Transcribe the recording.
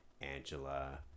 angela